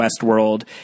Westworld